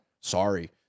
Sorry